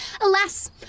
alas